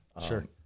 sure